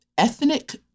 ethnic